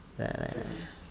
ya